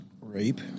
Rape